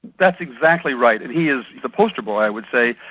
that's exactly right, and he is the poster boy, i would say,